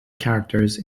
characters